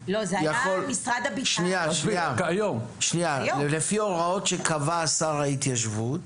לפי הוראות שקבע שר ההתיישבות,